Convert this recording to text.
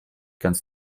ganz